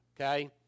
okay